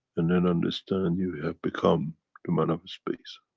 and, then understand you have become the man of space,